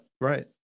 right